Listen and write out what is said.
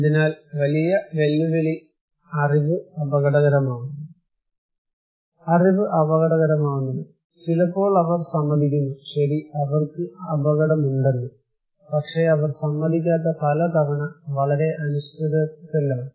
അതിനാൽ വലിയ വെല്ലുവിളി അറിവ് അപകടകരമാകുന്നത് ചിലപ്പോൾ അവർ സമ്മതിക്കുന്നു ശരി അവർക്ക് അപകടമുണ്ടെന്ന് പക്ഷേ അവർ സമ്മതിക്കാത്ത പല തവണ വളരെ അനിശ്ചിതത്വത്തിലാണ്